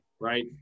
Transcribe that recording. right